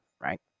right